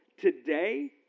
today